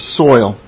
soil